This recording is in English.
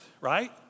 Right